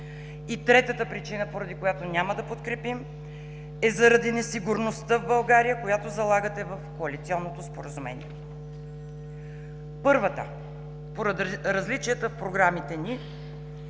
И третата причина, поради която няма подкрепим, е заради несигурността в България, която залагате в коалиционното споразумение. Първата – поради различията в програмите ни.